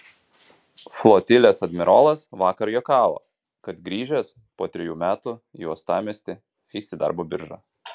flotilės admirolas vakar juokavo kad grįžęs po trejų metų į uostamiestį eis į darbo biržą